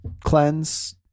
cleanse